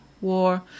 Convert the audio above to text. war